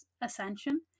Ascension